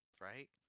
right